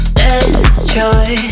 destroy